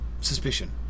suspicion